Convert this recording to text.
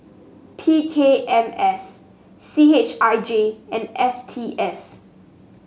P K M S C H I J and S T S